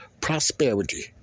prosperity